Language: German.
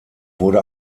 wurde